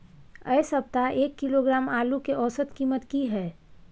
ऐ सप्ताह एक किलोग्राम आलू के औसत कीमत कि हय?